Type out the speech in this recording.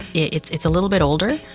it's it's a little bit older,